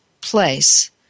place